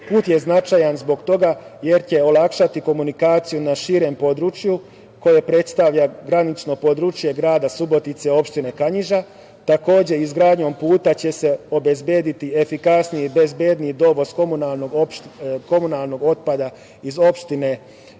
Put je značajan zbog toga jer će olakšati komunikaciju na širem području koje predstavlja granično područje grada Subotice, opštine Kanjiža. Takođe, izgradnjom puta će se obezbediti efikasniji, bezbedniji dovoz komunalnog otpada iz opština Čoka,